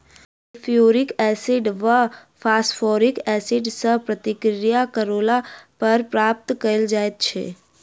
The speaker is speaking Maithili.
सल्फ्युरिक एसिड वा फास्फोरिक एसिड सॅ प्रतिक्रिया करौला पर प्राप्त कयल जाइत छै